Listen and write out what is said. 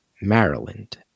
Maryland